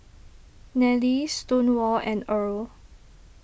Nellie Stonewall and Earl